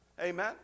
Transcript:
Amen